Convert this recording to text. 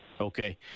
Okay